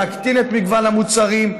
להקטין את מגוון המוצרים,